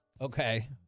Okay